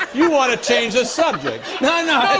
you want to change the subject. no, no,